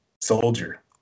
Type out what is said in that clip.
Soldier